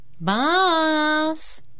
boss